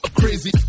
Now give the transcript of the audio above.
crazy